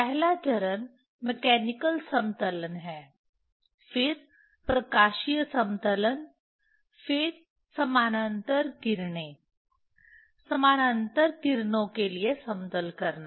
पहला चरण मैकेनिकल समतलन है फिर प्रकाशीय समतलन फिर समानांतर किरणें समानांतर किरणों के लिए समतल करना